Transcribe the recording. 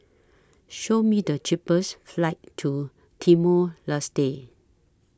Show Me The cheapest flights to Timor Leste